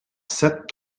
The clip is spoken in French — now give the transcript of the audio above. sept